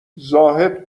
زاهد